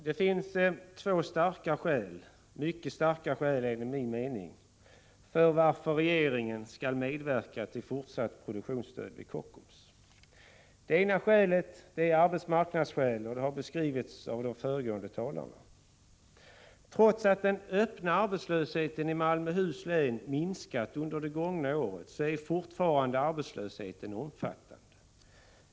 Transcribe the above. Herr talman! Det finns två enligt min mening mycket starka skäl till att regeringen skall medverka till fortsatt produktionsstöd till Kockums. Det ena är arbetsmarknadsskäl, och det har beskrivits av de två föregående talarna. Trots att den öppna arbetslösheten i Malmöhus län har minskat under det gångna året är den fortfarande omfattande.